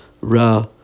Ra